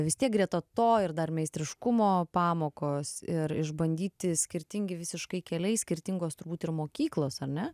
vis tiek greta to ir dar meistriškumo pamokos ir išbandyti skirtingi visiškai keliai skirtingos turbūt ir mokyklos ar ne